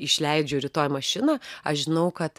išleidžiu rytoj mašiną aš žinau kad